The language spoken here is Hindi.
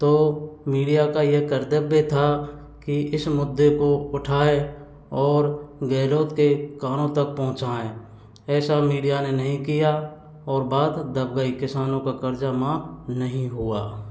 तो मीडिया का ये कर्तव्य था कि इस मुददे को उठाए और गहलोत के कानों तक पहुंचाएं ऐसा मीडिया ने नहीं किया और बात दब गई किसानों का कर्जा माफ़ नहीं हुआ